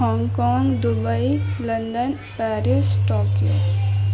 Hong Kong Dubai London Paris Tokyo